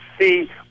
see